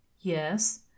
Yes